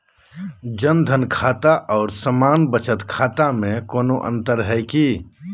जन धन खाता और सामान्य बचत खाता में कोनो अंतर है की?